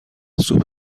سوپ